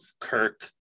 kirk